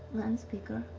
landspeaker,